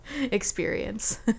experience